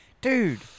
dude